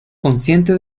consciente